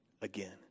again